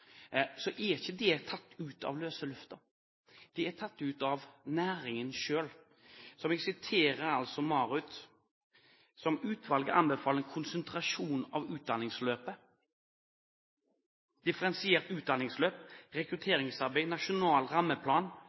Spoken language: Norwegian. så er ikke det tatt ut av løse luften. Det er tatt ut av næringen selv. Jeg siterer fra en arbeidsgruppe nedsatt av Maritim utvikling, MARUT: «Utvalget anbefaler konsentrasjon av utdanningstilbudet, differensiert utdanningsløp, rekrutteringsarbeid, en nasjonal rammeplan,